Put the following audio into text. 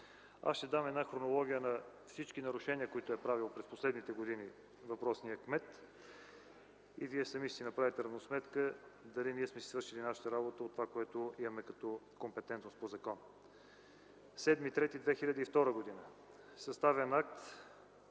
Аз ще дам една хронология на всички нарушения, които е правил през последните години въпросният кмет и вие сами ще си направите равносметка дали ние сме си свършили нашата работа от това, което имаме като компетентност по закона. - на 07.03.2002 г. е съставен акт,